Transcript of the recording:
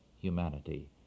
humanity